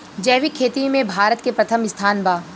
जैविक खेती में भारत के प्रथम स्थान बा